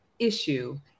issue